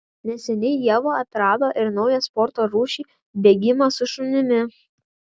neseniai ieva atrado ir naują sporto rūšį bėgimą su šunimi